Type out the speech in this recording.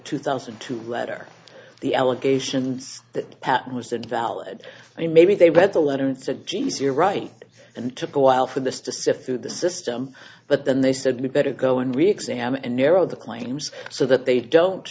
two thousand two letter the allegations that pat was that valid and maybe they read the letter and said jeez you're right and took a while for this to sift through the system but then they said we better go and re examine and narrow the claims so that they don't